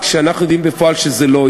שאסור להכניסו לתוך שטח הכלא והעונש שלו